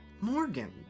Morgan